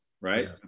right